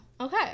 Okay